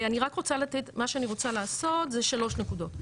אני רק רוצה מה שאני רוצה לעשות זה שלוש נקודות.